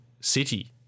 city